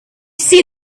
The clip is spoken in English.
see